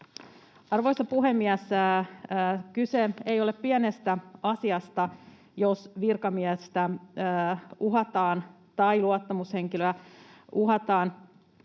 Arvoisa puhemies! Kyse ei ole pienestä asiasta, jos virkamiestä uhataan tai luottamushenkilöä uhataan.